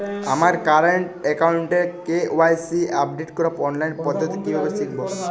আমার কারেন্ট অ্যাকাউন্টের KYC update করার অনলাইন পদ্ধতি কীভাবে শিখব?